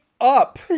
up